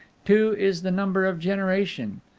two is the number of generation.